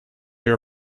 your